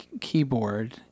keyboard